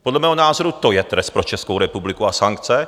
Podle mého názoru to je trest pro Českou republiku a sankce.